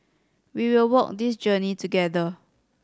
we will walk this journey together